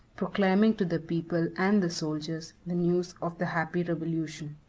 proclaiming to the people and the soldiers the news of the happy revolution.